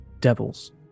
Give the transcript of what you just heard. devils